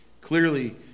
clearly